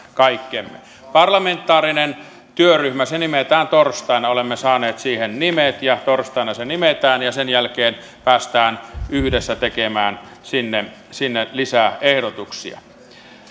kaikkemme parlamentaarinen työryhmä nimetään torstaina olemme saaneet siihen nimet ja torstaina se nimetään ja sen jälkeen päästään yhdessä tekemään sinne sinne lisäehdotuksia